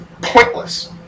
pointless